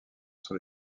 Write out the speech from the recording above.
sur